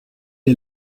est